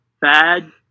bad